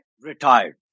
Retired